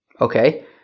okay